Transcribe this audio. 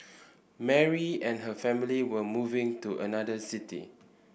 Mary and her family were moving to another city